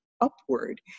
upward